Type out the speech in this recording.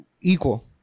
equal